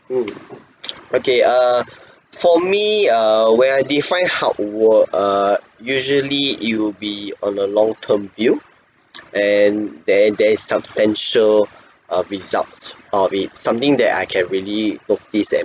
mm okay err for me err when I define how wo~ err usually it'll be on a long term view and there there is substantial uh results out of it something that I can really hope this end